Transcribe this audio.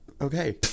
Okay